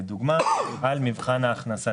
לדוגמה על מבחן ההכנסה,